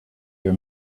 your